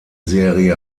serie